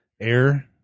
air